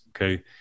okay